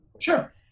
Sure